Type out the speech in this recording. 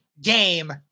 game